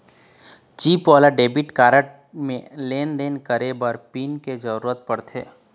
chip वाला debit card म लेन देन करे बर पिन के जरूरत परथे